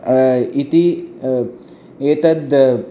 इति एतत्